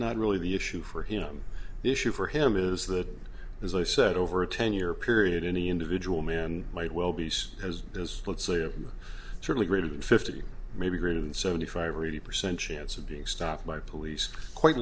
not really the issue for him the issue for him is that as i said over a ten year period any individual man might well be seen as is let's say a certainly greater than fifty maybe greater than seventy five or eighty percent chance of being stopped by police quite